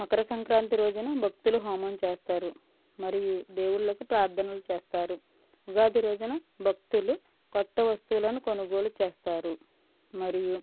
మకర సంక్రాంతి రోజున భక్తులు హోమం చేస్తారు మరియు దేవుళ్లకు ప్రార్ధనలు చేస్తారు ఉగాది రోజున భక్తులు కొత్త వస్తువులను కొనుగోలు చేస్తారు మరియు